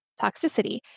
toxicity